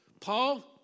Paul